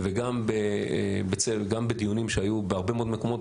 וגם בדיונים שהיו בהרבה מאוד מקומות,